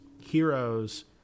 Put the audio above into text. heroes